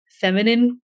feminine